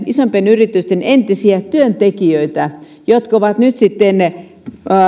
isompien yritysten entisiä työntekijöitä jotka ovat nyt sitten